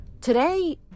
Today